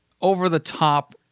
over-the-top